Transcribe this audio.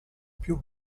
più